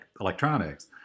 electronics